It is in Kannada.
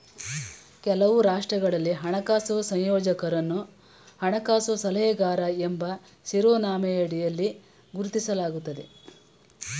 ಕೆಲವು ರಾಷ್ಟ್ರಗಳಲ್ಲಿ ಹಣಕಾಸು ಯೋಜಕರನ್ನು ಹಣಕಾಸು ಸಲಹೆಗಾರ ಎಂಬ ಶಿರೋನಾಮೆಯಡಿಯಲ್ಲಿ ಗುರುತಿಸಲಾಗುತ್ತದೆ